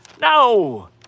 No